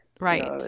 Right